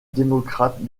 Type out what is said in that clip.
démocrate